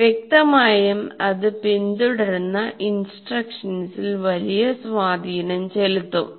വ്യക്തമായും അത് പിന്തുടരുന്ന ഇൻസ്ട്രക്ഷൻസിൽ വലിയ സ്വാധീനം ചെലുത്തും